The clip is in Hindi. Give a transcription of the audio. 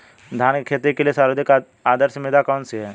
धान की खेती के लिए सर्वाधिक आदर्श मृदा कौन सी है?